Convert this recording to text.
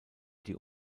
die